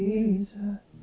Jesus